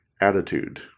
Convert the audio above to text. attitude